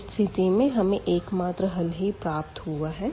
इस स्थिति में हमें एकमात्र हल ही प्राप्त हुआ है